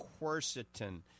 quercetin